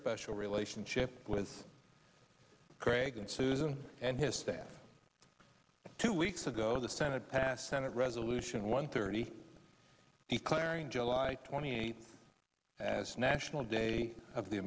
special relationship with craig and susan and his staff two weeks ago the senate passed senate resolution one thirty the clarion july twenty eighth as national day of the